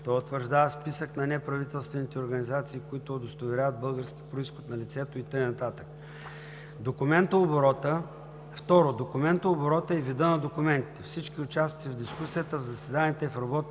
той утвърждава списък на неправителствените организации, които удостоверяват български произход на лицето, и т.н. Документооборотът и видът на документите. Всички участници в дискусията, в заседанията и в работните